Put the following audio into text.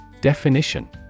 Definition